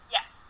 Yes